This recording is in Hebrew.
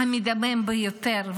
המדמם ביותר,